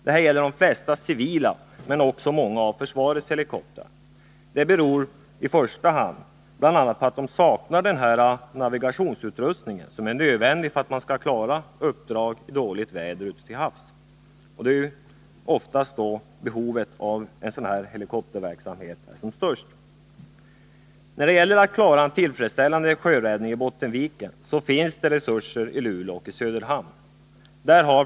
Det här gäller de flesta civila men också många av försvarets helikoptrar. Det beror i första hand på att de saknar den navigationsutrustning som är nödvändig för att klara uppdrag i dåligt väder ute till havs, och det är oftast då som behovet av sådan här helikopterverksamhet är störst. 5 När det gäller att klara en tillfredsställande sjöräddning i Bottenviken, finns det resurser i Luleå och Söderhamn.